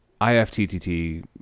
IFTTT